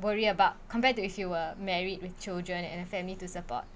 worry about compared to if you were married with children and family to support